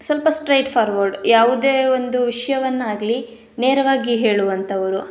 ಸ್ವಲ್ಪ straightforward ಯಾವುದೇ ಒಂದು ವಿಷ್ಯವನ್ನು ಆಗಲಿ ನೇರವಾಗಿ ಹೇಳುವಂಥವ್ರು